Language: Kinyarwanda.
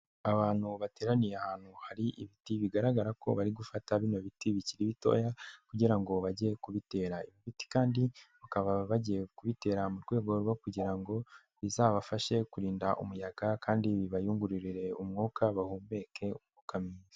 Abantu bateraniye ahantu hari ibiti, bigaragara ko bari gufata bino biti bikiri bitoya kugira ngo bajye kubitera, ibiti kandi bakaba bagiye kubitera mu rwego rwo kugira ngo bizabafashe kurinda umuyaga, kandi bibayungururire umwuka bahumeke mwiza.